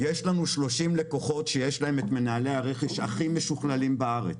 יש לנו 30 לקוחות שיש להם את מנהלי הרכש הכי משוכללים בארץ.